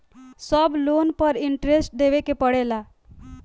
सब लोन पर इन्टरेस्ट देवे के पड़ेला?